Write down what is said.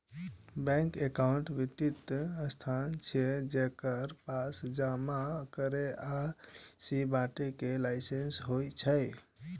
bank एकटा वित्तीय संस्थान छियै, जेकरा पास जमा करै आ ऋण बांटय के लाइसेंस होइ छै